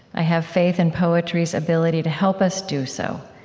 i have faith in poetry's ability to help us do so,